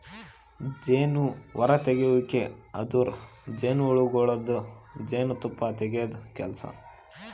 ಜೇನು ಹೊರತೆಗೆಯುವಿಕೆ ಅಂದುರ್ ಜೇನುಹುಳಗೊಳ್ದಾಂದು ಜೇನು ತುಪ್ಪ ತೆಗೆದ್ ಕೆಲಸ